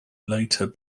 later